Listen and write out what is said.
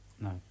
No